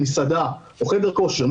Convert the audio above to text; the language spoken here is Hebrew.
מסעדה או חדר כושר,